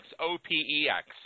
O-P-E-X